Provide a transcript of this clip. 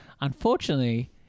Unfortunately